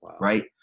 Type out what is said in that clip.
right